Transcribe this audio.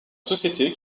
société